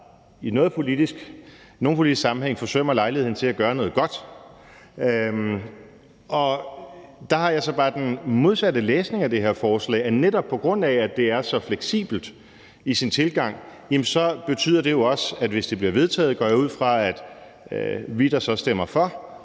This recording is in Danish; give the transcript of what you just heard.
i nogen politisk sammenhæng forsømmer lejligheden til at gøre noget godt. Der har jeg så bare den modsatte læsning af det her forslag, nemlig at netop på grund af at det er så fleksibelt i sin tilgang, betyder det jo også, at hvis det bliver vedtaget, går jeg ud fra, at vi, der så stemmer for,